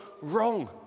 wrong